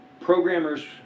Programmers